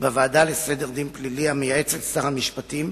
בוועדה לסדר דין פלילי, המייעצת לשר המשפטים,